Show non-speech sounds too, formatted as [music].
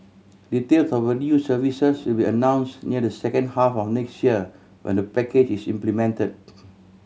details of the new services will be announce near the second half of next year when the package is implemented [noise]